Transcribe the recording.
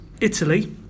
Italy